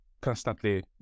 constantly